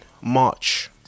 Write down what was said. March